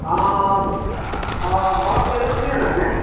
బాపు ఎలెక్ట్రీషనానే